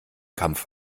kampf